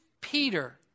Peter